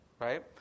right